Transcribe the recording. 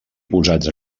posats